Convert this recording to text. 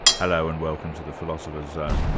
hello, and welcome to the philosopher's zone.